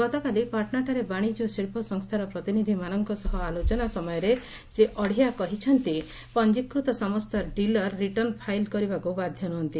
ଗତକାଲି ପାଟ୍ନାଠାରେ ବାଣିଜ୍ୟ ଓ ଶିଳ୍ପ ସଂସ୍ଥାର ପ୍ରତିନିଧିମାନଙ୍କ ସହ ଆଲୋଚନା ସମୟରେ ଶ୍ରୀ ଆଡ଼ିଆ କହିଛନ୍ତି ପଞ୍ଜିକୃତ ସମସ୍ତ ଡିଲର୍ ରିଟର୍ଣ୍ଣ ଫାଇଲ୍ କରିବାକୁ ବାଧ୍ୟ ନୁହନ୍ତି